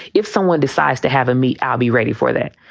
if someone decides to have a meet, i'll be ready for that.